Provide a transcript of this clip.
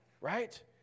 right